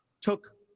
took